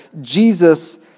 Jesus